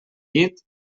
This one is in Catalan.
llit